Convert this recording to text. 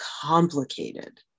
complicated